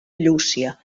llúcia